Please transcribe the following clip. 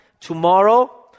Tomorrow